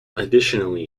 additionally